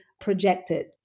projected